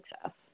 success